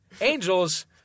Angels